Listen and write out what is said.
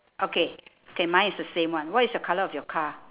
okay K mine is the same one what's the colour of your car